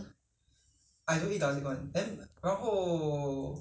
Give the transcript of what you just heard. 酱清 err 黑酱清 um